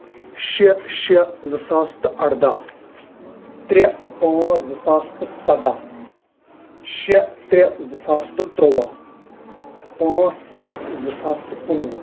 شیٚے شیٚے زٕ ساس تہٕ اَرداہ ترے پانٛژھ زٕ ساس تہٕ سَداہ شیٚے ترے زٕ ساس تہٕ ترُٛواہ پانٛژھ سَتھ زٕ ساس تہٕ کُنوُہ